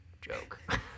joke